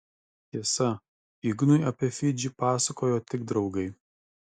tiesa ignui apie fidžį pasakojo tik draugai